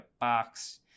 box